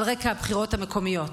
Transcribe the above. על רקע הבחירות המקומיות,